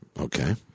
okay